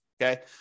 Okay